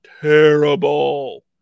terrible